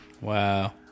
Wow